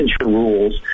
rules